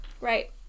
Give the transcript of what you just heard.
Right